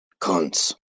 Cunts